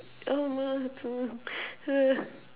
oh no don't ah